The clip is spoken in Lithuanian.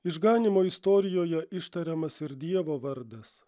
išganymo istorijoje ištariamas ir dievo vardas